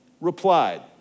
replied